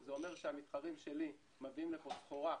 זה אומר שהמתחרים שלי מביאים לפה סחורה.